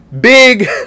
big